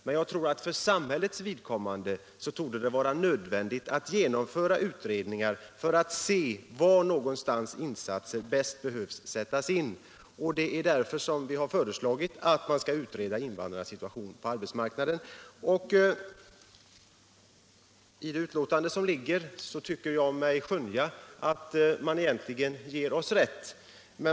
Men jag tror att det för samhällets vidkommande är nödvändigt att genomföra undersökningar för att se var insatser bäst behövs. Det är därför som vi har föreslagit att man skall utreda invandrarnas situation på arbetsmarknaden. I detta betänkande tycker jag mig skönja att man egentligen ger oss rätt.